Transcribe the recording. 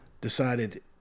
decided